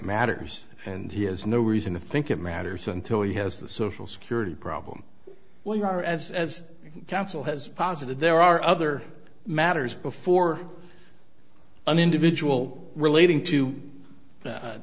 matters and he has no reason to think it matters until he has the social security problem well you are as as counsel has posited there are other matters before an individual relating to